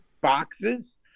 boxes